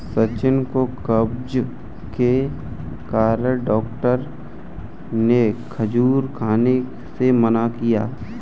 सचिन को कब्ज के कारण डॉक्टर ने खजूर खाने से मना किया